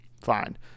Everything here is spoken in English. fine